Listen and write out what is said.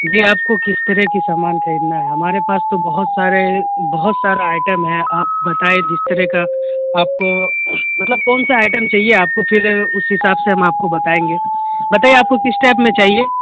جی آپ کو کس طرح کی سامان خریدنا ہے ہمارے پاس تو بہت سارے بہت سارا آئٹم ہے آپ بتائے جس طرح کا آپ کو مطلب کون سا آئٹم چاہیے آپ کو پھر اس حساب سے ہم آپ کو بتائیں گے بتائیے آپ کو کس ٹائپ میں چاہیے